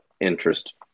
interest